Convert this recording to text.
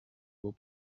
will